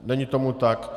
Není tomu tak.